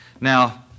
Now